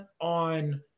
on